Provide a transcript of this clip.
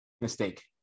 mistake